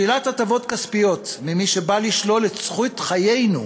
שלילת הטבות כספיות ממי שבא לשלול את זכות חיינו,